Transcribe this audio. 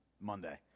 Monday